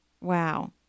Wow